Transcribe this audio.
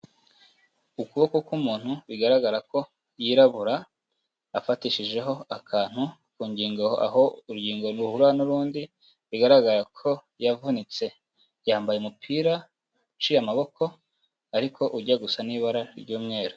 Ukuboko k'umuntu bigaragara ko yirabura, afatishijeho akantu ku ngingo aho urugingo ruhura n'urundi, bigaragara ko yavunitse, yambaye umupira uciye amaboko ariko ujya gusa n'ibara ry'umweru.